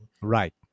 Right